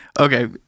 Okay